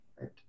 Right